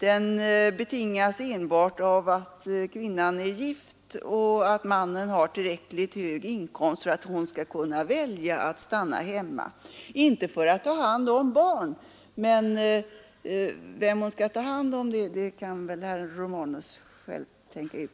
Den betingas enbart av att kvinnan är gift och av att mannen har tillräckligt hög inkomst för att hon skall kunna välja att stanna hemma — inte för att ta hand om barn. Vem hon skall ta hand om kan herr Romanus kanske själv tänka ut.